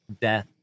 death